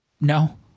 No